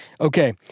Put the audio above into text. Okay